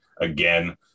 Again